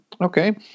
Okay